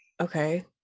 Okay